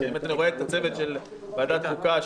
כי אתה רואה את הצוות של ועדת החוקה,